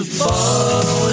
fall